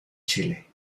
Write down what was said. chile